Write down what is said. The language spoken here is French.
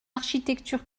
architecture